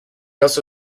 also